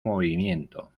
movimiento